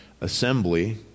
assembly